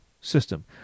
system